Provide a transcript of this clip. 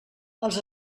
els